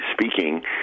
speaking